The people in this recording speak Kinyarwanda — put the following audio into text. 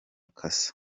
cassa